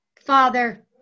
Father